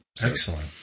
Excellent